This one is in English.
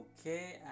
okay